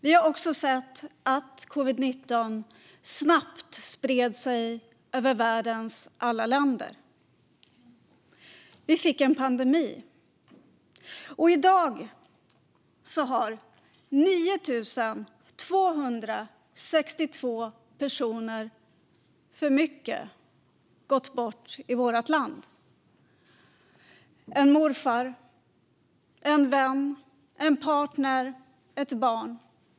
Vi har också sett att covid-19 snabbt spred sig över världens alla länder. Vi fick en pandemi, och i dag har 9 262 personer för många gått bort i vårt land: en morfar, en vän, en partner, ett barn.